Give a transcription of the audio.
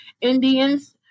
Indians